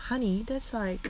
honey that's like